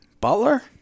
Butler